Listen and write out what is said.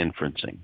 inferencing